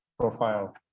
profile